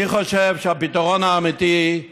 אני חושב שהפתרון האמיתי הוא